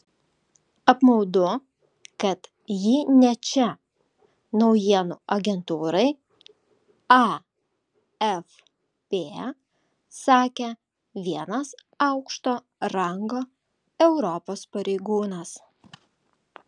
apmaudu kad ji ne čia naujienų agentūrai afp sakė vienas aukšto rango europos pareigūnas